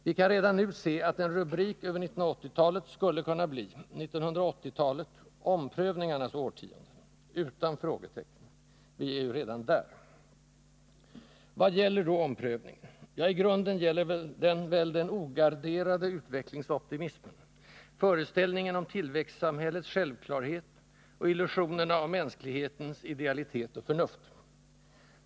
Vi kan redan nu se att en rubrik över 1980-talet skulle kunna bli: ” 1980-talet — omprövningarnas årtionde” — utan frågetecken. Vi är ju redan där. Vad gäller då omprövningen? Ja, i grunden gäller den väl den ogarderade utvecklingsoptimismen, föreställningen om tillväxtsamhällets självklarhet och illusionerna om mänsklighetens idealitet och förnuft.